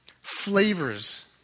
flavors